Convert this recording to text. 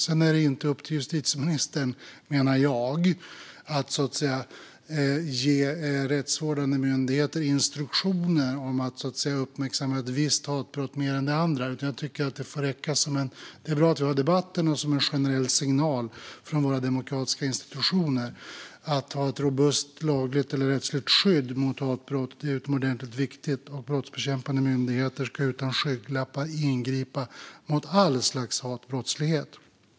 Sedan är det inte upp till justitieministern, menar jag, att ge rättsvårdande myndigheter instruktioner om att uppmärksamma en viss typ av hatbrott mer än andra. Det är bra att vi har debatten, men det får räcka som en generell signal från våra demokratiska institutioner. Att ha ett robust lagligt och rättsligt skydd mot hatbrott är utomordentligt viktigt, och brottsbekämpande myndigheter ska utan skygglappar ingripa mot all slags hatbrottslighet.